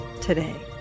today